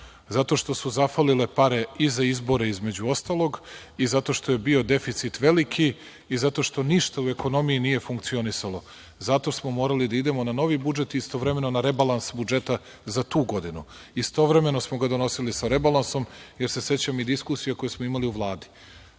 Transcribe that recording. Zato što su zafalile pare i za izbore, između ostalog, i zato što je bio deficit veliki i zato što ništa u ekonomiji nije funkcionisalo. Zato smo morali da idemo na novi budžet i istovremeno na rebalans budžeta za tu godinu. Istovremeno smo ga donosili sa rebalansom, jer se sećam i diskusije koje smo imali u Vladi.